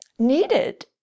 needed